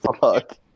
fuck